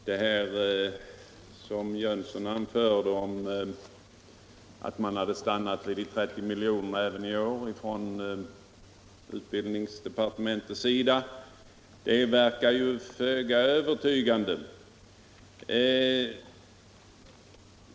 Herr talman! Det som herr Jönsson i Arlöv anförde om att utbildningsdepartementet stannat vid 30 milj.kr. även i år verkar föga övertygande.